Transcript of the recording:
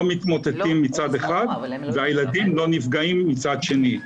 מתמוטטים מצד אחד והילדים לא נפגעים מצד שני.